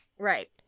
Right